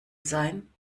sein